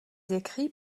écrits